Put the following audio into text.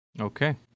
Okay